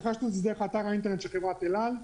רכשנו דרך אתר האינטרנט של חברת אל-על.